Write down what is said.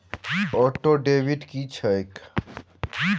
Auto debit की छैक?